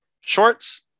shorts